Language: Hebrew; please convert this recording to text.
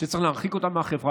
שצריך להרחיק אותם מהחברה,